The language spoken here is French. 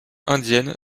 indienne